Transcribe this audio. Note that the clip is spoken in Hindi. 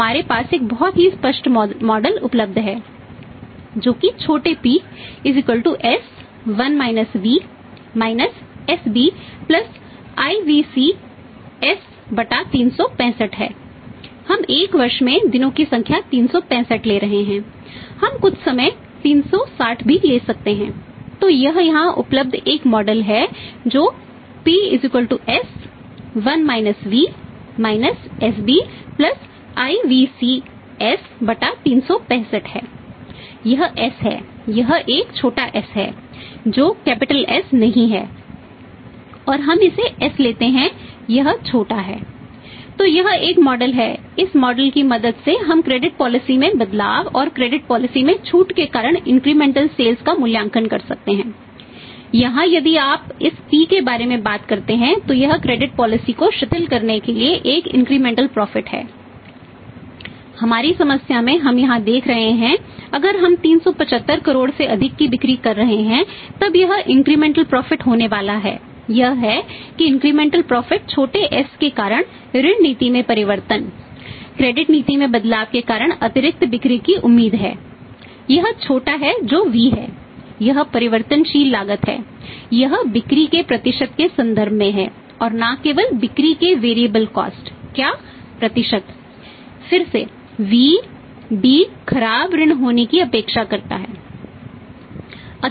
हमारी समस्या में हम यहाँ देख रहे हैं अगर हम 375 करोड़ से अधिक की बिक्री कर रहे हैं तब यह इंक्रीमेंटल प्रॉफिट क्या प्रतिशत फिर से v b खराब ऋण हानि की अपेक्षा करता है